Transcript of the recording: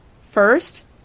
First